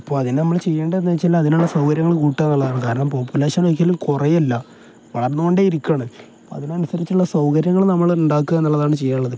അപ്പ അതിന് നമ്മൾ ചെയ്യേണ്ടതെന്ന് വച്ചാൽ അതിനുള്ള സൗകര്യങ്ങൾ കൂട്ടുക എന്നുള്ളതാണ് കാരണം പോപ്പുലേഷൻ ഒരിക്കലും കുറയില്ല വളർന്നു കൊണ്ടേ ഇരിക്കും അപ്പം അതിന് അനുസരിച്ചുള്ള സൗകര്യങ്ങൾ നമ്മൾ ഉണ്ടാക്കുക എന്നുള്ളതാണ് ചെയ്യാനുള്ളത്